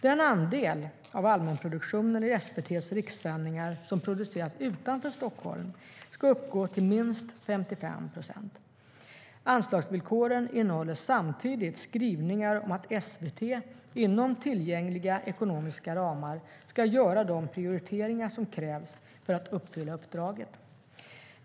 Den andel av allmänproduktionen i SVT:s rikssändningar som produceras utanför Stockholm ska uppgå till minst 55 procent. Anslagsvillkoren innehåller samtidigt skrivningar om att SVT inom tillgängliga ekonomiska ramar ska göra de prioriteringar som krävs för att uppfylla uppdraget.